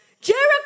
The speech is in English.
Jericho